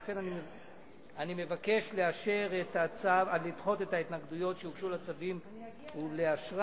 לכן אני מבקש לדחות את ההתנגדויות שהוגשו לצווים ולאשרם.